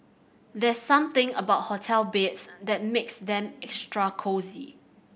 there's something about hotel beds that makes them extra cosy